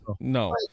no